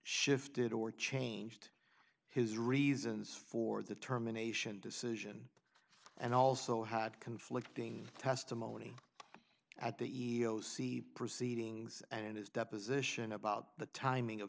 shifted or changed his reasons for the terminations decision and also had conflicting testimony at the e e o c proceedings and his deposition about the timing of